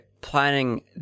Planning